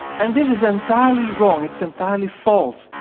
and this is entirely wrong, it's entirely false,